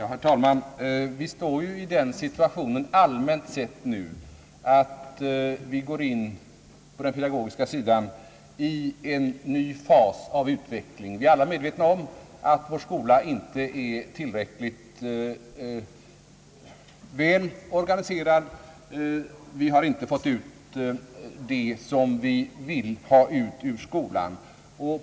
Herr talman! Vi står nu allmänt sett i den situationen att den pedagogiska verksamheten går in i en ny fas av utveckling. Vi är alla medvetna om att våra skolor inte är vad de borde vara. Vi har inte fått ut vad vi vill ha ut ur skolan.